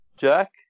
Jack